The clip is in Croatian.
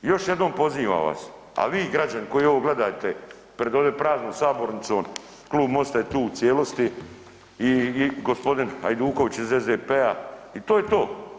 I još jednom pozivam vas, a vi građani koji ovo gledate pred ovdje praznom sabornicom Klub MOST-a je tu u cijelosti i gospodin Hajduković iz SDP-a i to je to.